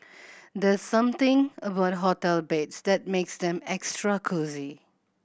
there's something about hotel beds that makes them extra cosy